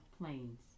planes